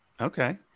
Okay